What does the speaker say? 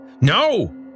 No